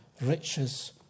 riches